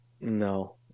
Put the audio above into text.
No